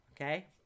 Okay